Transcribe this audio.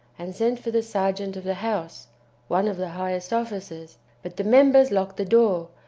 and sent for the sergeant of the house one of the highest officers but the members locked the door,